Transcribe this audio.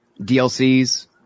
DLCs